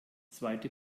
zweite